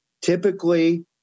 Typically